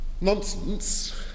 nonsense